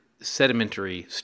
sedimentary